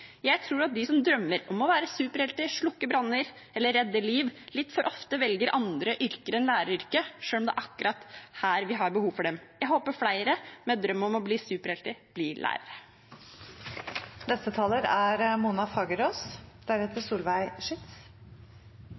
Jeg tror at de som drømmer om å være superhelt, slukke branner eller redde liv, litt for ofte velger andre yrker enn læreryrket, selv om det er akkurat her vi har behov for dem. Jeg håper flere med en drøm om å bli superhelt blir lærere. Skal alle barn lære, lykkes og trives, er